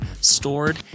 stored